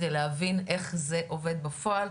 על מנת להבין איך זה עבוד בפועל.